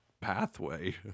pathway